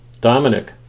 Dominic